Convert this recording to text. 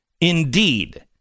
Indeed